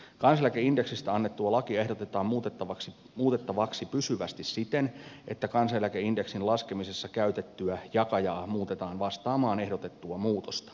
kansaneläkeindeksistä annettua lakia ehdotetaan muutettavaksi pysyvästi siten että kansaneläkeindeksin laskemisessa käytettyä jakajaa muutetaan vastaamaan ehdotettua muutosta